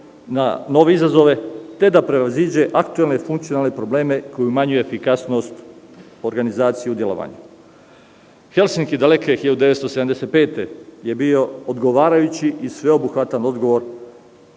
na nove izazove, te da prevaziđe aktuelne i funkcionalne probleme koji umanjuju efikasnost, organizaciju delovanja. Helsinki je daleke 1975. godine bio odgovarajući i sveobuhvatan odgovor,